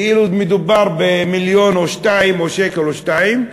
כאילו מדובר במיליון או שניים או שקל או שניים.